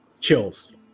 Chills